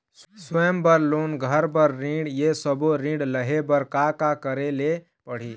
स्वयं बर लोन, घर बर ऋण, ये सब्बो ऋण लहे बर का का करे ले पड़ही?